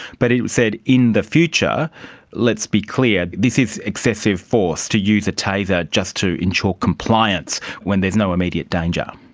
but it said in the future let's be clear, this is excessive force, to use a taser just to ensure compliance when there is no immediate danger.